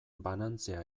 banantzea